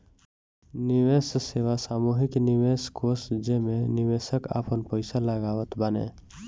निवेश सेवा सामूहिक निवेश कोष जेमे निवेशक आपन पईसा लगावत बाने